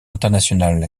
international